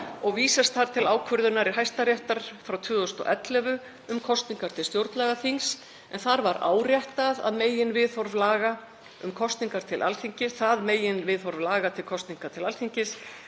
og vísast þar til ákvörðunar Hæstaréttar frá 2011 um kosningar til stjórnlagaþings. Þar var áréttað það meginviðhorf laga um kosningar til Alþingis